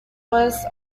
was